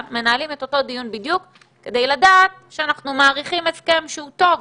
מנהלים את אותו דיון בדיוק כדי לדעת שאנחנו מאריכים הסכם שהוא טוב,